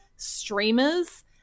streamers